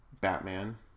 Batman